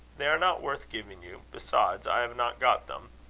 they are not worth giving you. besides, i have not got them.